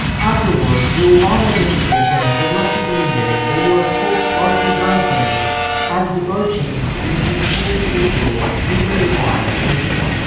afterward, the obama administration reluctantly admitted they were largely bystanders as the guard changed in this notoriously cruel, nuclear-armed nation.